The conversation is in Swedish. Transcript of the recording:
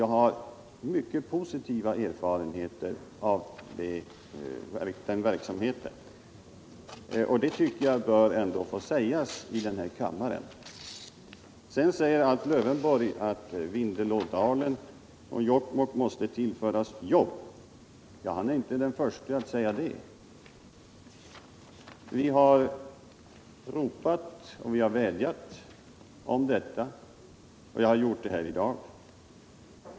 Jag har mycket positiva erfarenheter av den verksamheten och menar att detta ändå bör få sägas i den här kammaren. Sedan sade Alf Lövenborg att Vindelådalen och Jokkmokk måste tillföras jobb, och han är inte den förste att säga detta. Vi har vädjat om den saken, och jag har för min del gjort det även i dag.